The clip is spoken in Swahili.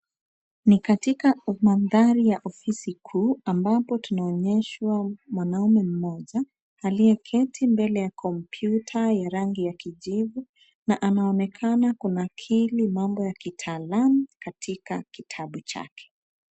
Ni katika mandhari ya ofisi kuu ambapo tunaonyeshwa mwanaume mmoja aliyeketi mbele ya kompyuta ya rangi ya kijivu na anaonekana kunakili mambo ya kitaalamu katika kitabu chake.